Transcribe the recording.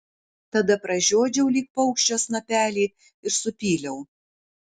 tada pražiodžiau lyg paukščio snapelį ir supyliau